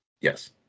Yes